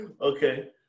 Okay